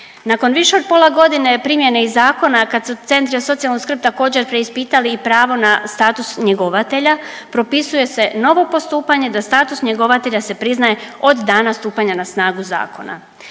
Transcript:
Nakon više od pola godine primjene iz zakona kad su centri za socijalnu skrb također preispitali i pravo na status njegovatelja, propisuje se n ovo postupanje da status njegovatelja se priznaje od dana stupanja na snagu zakona.